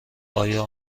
آیا